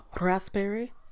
raspberry